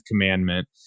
commandment